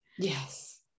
Yes